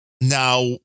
Now